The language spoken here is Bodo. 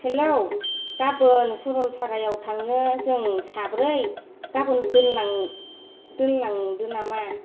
हेल' गाबोन सरलपारायाव थांनो जों साब्रै गाबोन दोनलां दोनलांनो नामा